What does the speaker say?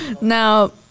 Now